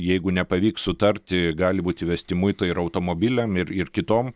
jeigu nepavyks sutarti gali būti įvesti muitai ir automobiliam ir ir kitom